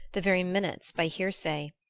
the very minutes by hearsay.